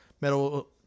Metal